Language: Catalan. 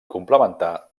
complementar